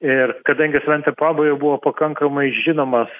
ir kadangi sventė pabo jau buvo pakankamai žinomas